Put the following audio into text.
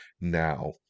now